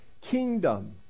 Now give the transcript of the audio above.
kingdom